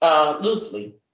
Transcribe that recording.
loosely